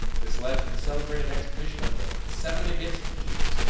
this led to the celebrated expedition of the seven against thebes,